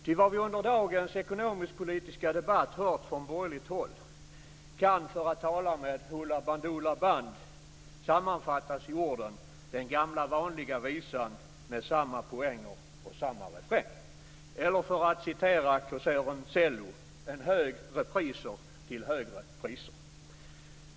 Ty vad vi under dagens ekonomisk-politiska debatt hört från borgerligt håll kan för att tala med Mikael Wiehe sammanfattas i orden: "Det är den vanliga visan, -, det är samma poänger och samma refräng." Eller för att citera kåsören Cello: "En hög repriser till högre priser."